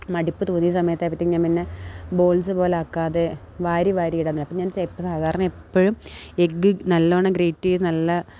മടുപ്പ് തോന്നിയ സമയത്തായപ്പോഴത്തേക്ക് ഞാൻ പിന്നെ ബോൾസ് പോലെയാക്കാതെ വാരി വാരി ഇടാൻ തുടങ്ങി അപ്പോള് ഞാൻ ചിലപ്പോള് സാധാരണ എപ്പോഴും എഗ്ഗ് നല്ലവണ്ണം ഗ്രേറ്റ് ചെയ്ത് നല്ല